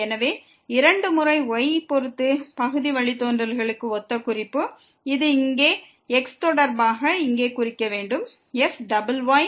எனவே இரண்டு முறை y பொறுத்து பகுதி வழித்தோன்றல்களுக்கும் ஒரே குறிப்பு ஆகும் இது இங்கே x தொடர்பாக இங்கே குறிக்கவேண்டும் fyy அல்லது 2fy2